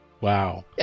Wow